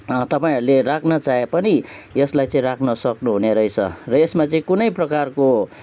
तपाईँहरूले राख्न चाहे पनि यसलाई चाहिँ राख्न सक्नु हुनेरहेछ र यसमा चाहिँ कुनै प्रकारको